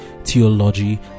theology